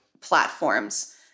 platforms